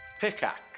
Pickaxe